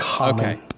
okay